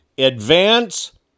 Advance